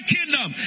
Kingdom